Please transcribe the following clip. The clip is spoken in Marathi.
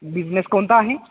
बिझनेस कोणता आहे